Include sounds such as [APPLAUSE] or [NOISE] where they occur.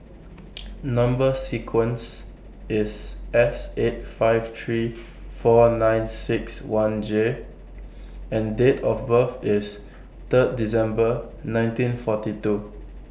[NOISE] Number sequence IS S eight five three four nine six one J and Date of birth IS Third December nineteen forty two